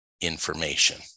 information